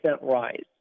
rise